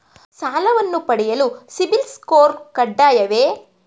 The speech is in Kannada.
ಸಾಲವನ್ನು ಪಡೆಯಲು ಸಿಬಿಲ್ ಸ್ಕೋರ್ ಕಡ್ಡಾಯವೇ?